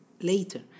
later